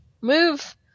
move